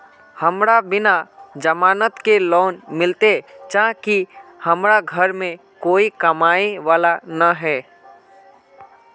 हमरा बिना जमानत के लोन मिलते चाँह की हमरा घर में कोई कमाबये वाला नय है?